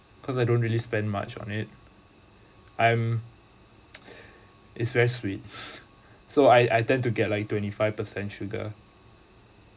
cause I don't really spend much on it I'm is very sweet so I I tend to get like twenty five percent sugar